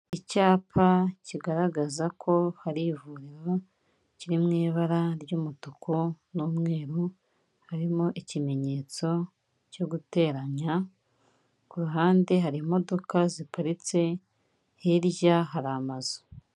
Icyapa kigaragaza ko hari ivuriro, kiri mu ibara ry'umutuku n'umweru, harimo ikimenyetso cyo guteranya, ku ruhande hari imodoka ziparitse, hirya hari amazu.